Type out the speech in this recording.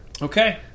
Okay